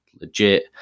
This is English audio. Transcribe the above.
legit